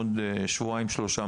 עוד שבועיים-שלושה,